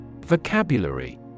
Vocabulary